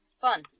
fun